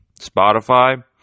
Spotify